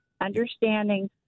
understanding